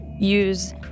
use